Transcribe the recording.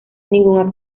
ningún